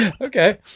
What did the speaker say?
Okay